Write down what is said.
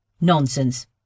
Nonsense